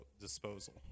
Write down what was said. disposal